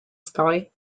sky